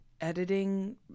editing